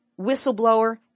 whistleblower